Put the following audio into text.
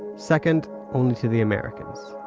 second only to the americans.